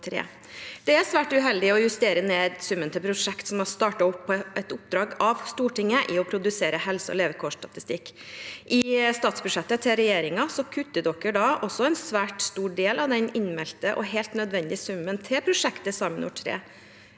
Det er svært uheldig å justere ned summen til et prosjekt som har startet opp på oppdrag fra Stortinget med tanke på å produsere helse- og levekårsstatistikk. I statsbudsjettet til regjeringen kuttes også en svært stor del av den innmeldte og helt nødvendige summen til prosjektet SAMINOR 3.